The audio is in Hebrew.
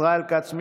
ישראל כץ,